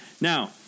Now